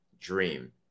dream